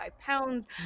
pounds